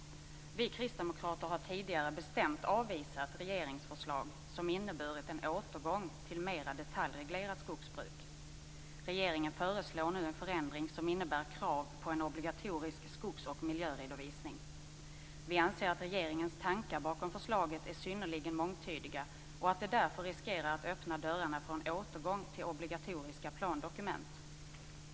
Vi kristdemokrater har tidigare bestämt avvisat regeringsförslag som inneburit en återgång till mer detaljreglerat skogsbruk. Regeringen föreslår nu en förändring som innebär krav på en obligatorisk skogs och miljöredovisning. Vi anser att regeringens tankar bakom förslaget är synnerligen mångtydiga och att det därför riskerar att öppna dörrarna för en återgång till obligatoriska plandokument.